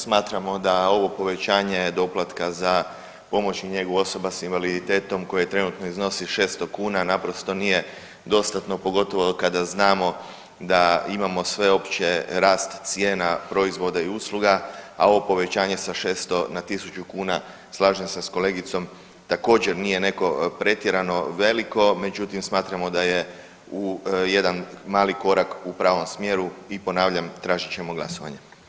Smatramo da ovo povećanje doplatka za pomoć i njegu osoba s invaliditetom koje trenutno iznosi 600 kuna naprosto nije dostatno pogotovo kada znamo da imamo sveopće rast cijena proizvoda i usluga, a ovo povećanje sa 600 na 1.000 kuna, slažem se s kolegicom, također nije neko pretjerano veliko, međutim smatramo da je u jedan mali korak u pravom smjeru i ponavljam, tražit ćemo glasovanje.